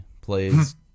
plays